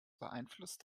beeinflusst